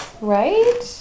right